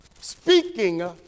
speaking